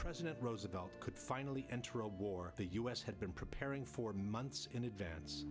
president roosevelt could finally enter a war the u s had been preparing for months in advance